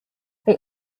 they